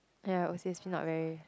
ya not very